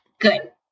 good